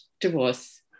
divorce